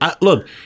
Look